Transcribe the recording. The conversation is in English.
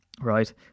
Right